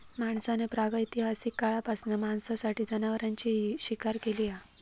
माणसान प्रागैतिहासिक काळापासना मांसासाठी जनावरांची शिकार केली हा